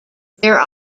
there